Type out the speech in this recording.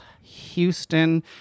Houston